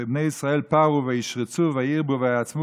"ובני ישראל פרו וישרצו וירבו ויעצמו